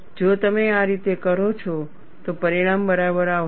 જો તમે આ રીતે કરો છો તો પરિણામ બરાબર આવશે